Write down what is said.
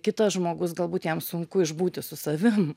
kitas žmogus galbūt jam sunku išbūti su savim